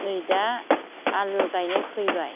नै दा आलु गायनाय फैबाय